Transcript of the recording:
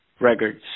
records